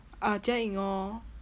ah jia ying orh